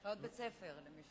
אחיות בית-ספר, למי שלא יודע.